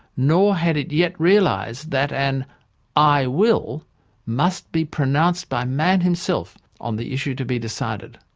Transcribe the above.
nor had it yet realised that an i will must be pronounced by man himself on the issue to be decided.